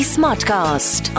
Smartcast